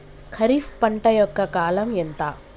ఖరీఫ్ పంట యొక్క కాలం ఎంత?